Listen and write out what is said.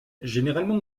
généralement